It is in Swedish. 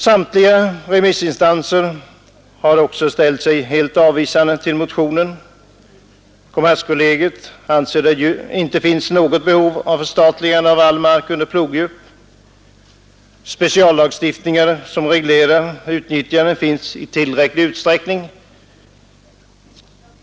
Samtliga remissinstanser har ställt sig helt avvisande till motionen. Kommerskollegium anser att det från dess verksamhetsområde inte finns något behov av förstatligande av den mark som motionärerna avser. Speciallagstiftningar som reglerar utnyttjande finns i tillräcklig utsträckning.